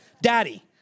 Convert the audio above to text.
daddy